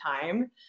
time